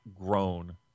grown